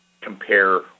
compare